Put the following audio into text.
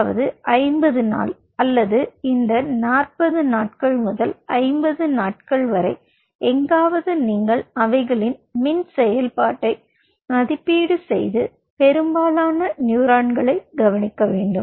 அதாவது ஐம்பது நாள் அல்லது இந்த நாற்பது முதல் ஐம்பது நாள் வரை எங்காவது நீங்கள் அவைகளின் மின் செயல்பாட்டை மதிப்பீடு செய்து பெரும்பாலான நியூரான்களைக் கவனிக்க வேண்டும்